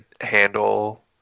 handle